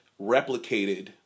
replicated